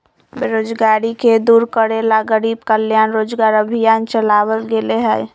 बेरोजगारी के दूर करे ला गरीब कल्याण रोजगार अभियान चलावल गेले है